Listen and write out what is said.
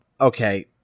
okay